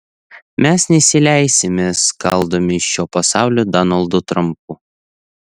mes nesileisime skaldomi šio pasaulio donaldų trampų